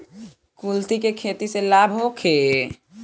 कुलथी के खेती से लाभ होखे?